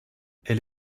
elle